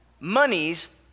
monies